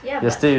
ya but